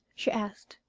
she asked.